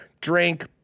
drink